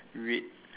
red